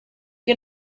que